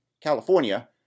California